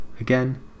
Again